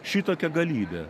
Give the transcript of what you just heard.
šitokia galybė